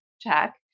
check